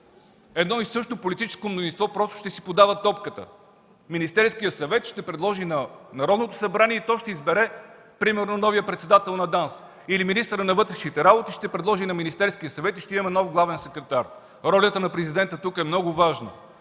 Едно и също политическо мнозинство просто ще си подава топката – Министерският съвет ще предложи на Народното събрание и то ще избере, примерно, новия председател на ДАНС, или министърът на вътрешните работи ще предложи на Министерския съвет и ще имаме нов главен секретар. Ролята на президента тук е много важна.